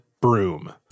broom